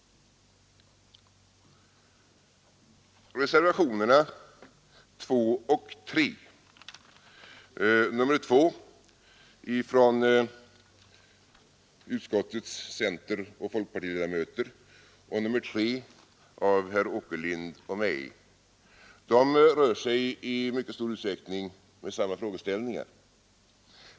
Reservationerna 2 och 3 — nr 2 från utskottets centeroch folkpartiledamöter och nr 3 av herr Åkerlind och mig — rör sig i mycket stor utsträckning med samma frågeställningar.